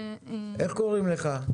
אני רק רוצה להדגיש את